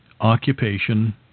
Occupation